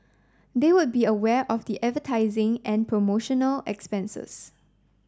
they would be aware of the advertising and promotional expenses